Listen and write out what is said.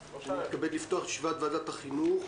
אני מתכבד לפתוח את ישיבת ועדת החינוך.